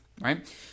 right